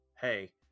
hey